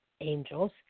angels